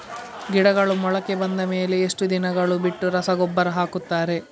ಗಿಡಗಳು ಮೊಳಕೆ ಬಂದ ಮೇಲೆ ಎಷ್ಟು ದಿನಗಳು ಬಿಟ್ಟು ರಸಗೊಬ್ಬರ ಹಾಕುತ್ತಾರೆ?